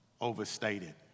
overstated